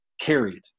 carried